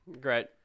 Great